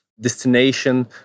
destination